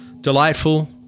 delightful